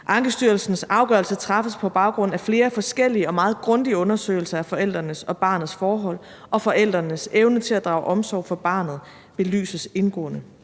Ankestyrelsens afgørelse træffes på baggrund af flere forskellige og meget grundige undersøgelser af forældrenes og barnets forhold, og forældrenes evne til at drage omsorg for barnet belyses indgående.